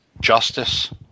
justice